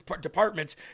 departments